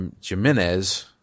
Jimenez